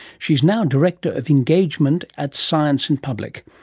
she's now director of engagement at science in public,